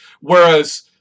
Whereas